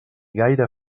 gaire